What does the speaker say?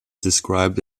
described